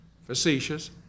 Facetious